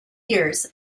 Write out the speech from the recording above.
years